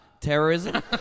terrorism